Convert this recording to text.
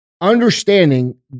understanding